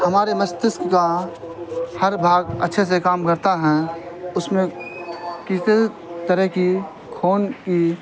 ہمارے مستشک کا ہر بھاگ اچھے سے کام کرتا ہیں اس میں کسی طرح کی خون کی